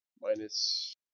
Minus